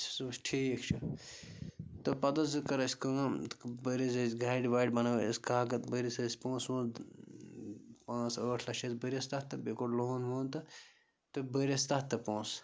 اَسہِ حظ ٹھیٖک چھُ تہٕ پَتہٕ حظ زٕ کٔر اَسہِ کٲم تہٕ بٔرۍ حظ اَسہِ گاڑِ واڑِ بَنٲو اَسہِ کاکَد بٔرِس أسۍ پونٛسہٕ وونٛسہٕ پانٛژھ ٲٹھ لَچھ حظ بٔرِس تَتھ تہٕ بیٚیہِ کوٚڑ لون وون تہٕ تہٕ بٔرۍ اَسہِ تَتھ تہٕ پونٛسہٕ